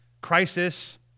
crisis